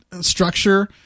structure